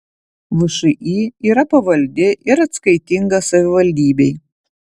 všį yra pavaldi ir atskaitinga savivaldybei